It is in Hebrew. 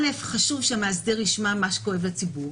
אל"ף, חשוב שהמאסדר ישמע מה כואב לציבור.